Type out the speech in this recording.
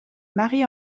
marie